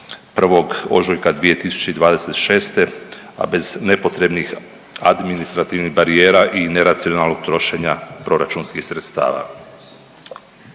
1. ožujka 2026., a bez nepotrebnih administrativnih barijera i neracionalnog trošenja proračunskih sredstava.